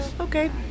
Okay